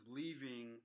leaving